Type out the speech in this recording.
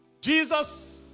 Jesus